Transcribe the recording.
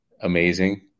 amazing